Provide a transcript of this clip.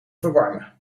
verwarmen